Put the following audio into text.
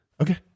Okay